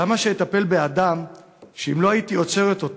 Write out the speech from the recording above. למה שאטפל באדם שאם לא הייתי עוצרת אותו